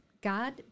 God